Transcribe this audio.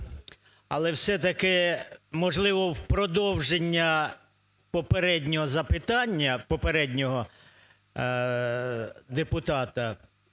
але все-таки, можливо, в продовження попереднього запитання попереднього депутата,